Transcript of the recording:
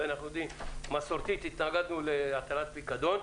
ומסורתית התנגדנו להטלת פיקדון,